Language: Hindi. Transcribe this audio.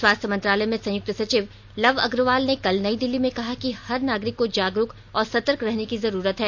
स्वास्थ्य मंत्रालय में संयुक्त सचिव लव अग्रवाल ने कल नई दिल्ली में कहा कि हर नागरिक को जागरुक और सतर्क रहने की जरूरत है